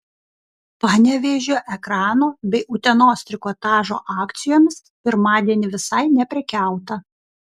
panevėžio ekrano bei utenos trikotažo akcijomis pirmadienį visai neprekiauta